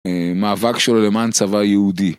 מאבק שלו למען צבא יהודי